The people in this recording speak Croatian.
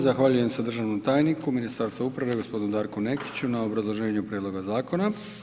Zahvaljujem se državnom tajniku Ministarstva uprave gospodinu Darku Nekiću na obrazloženju prijedloga zakona.